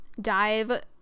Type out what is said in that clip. dive